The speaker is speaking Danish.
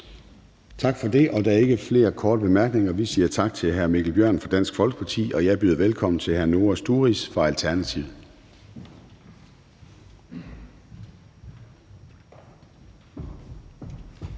Tak for det. Der er ikke flere korte bemærkninger. Vi siger tak til hr. Mikkel Bjørn fra Dansk Folkeparti, og jeg byder velkommen til hr. Noah Sturis fra Alternativet.